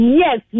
yes